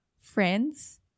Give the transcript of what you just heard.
friends